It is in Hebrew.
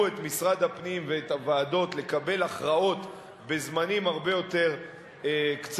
את משרד הפנים ואת הוועדות לקבל הכרעות בזמנים הרבה יותר קצרים,